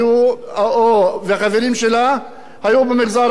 במגזר הערבי והותקפו על רקע לאומני.